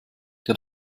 der